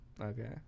Okay